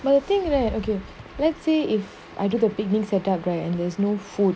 but the thing it okay let's say if I do go picnic set up right and there's no food